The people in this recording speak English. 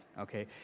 okay